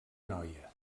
noia